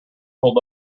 pulled